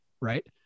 Right